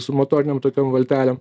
su motorinėm tokiom valtelėm